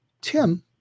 Tim